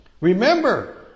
Remember